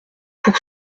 pour